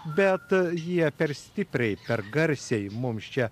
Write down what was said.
bet jie per stipriai per garsiai mums čia